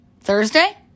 Thursday